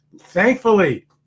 Thankfully